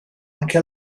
anche